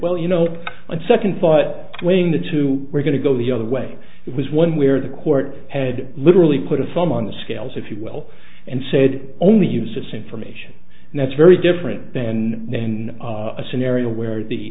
well you know on second thought weighing the two we're going to go the other way it was one where the court had literally put a thumb on the scales if you will and said only use it's information and that's very different than the in a scenario where the